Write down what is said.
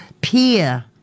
peer